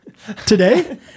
Today